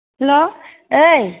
हेल' ओइ